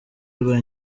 rwa